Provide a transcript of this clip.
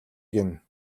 гэнэ